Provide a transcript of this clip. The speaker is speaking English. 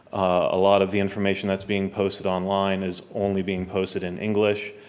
a lot of the information that's being posted online is only being posted in english.